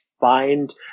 find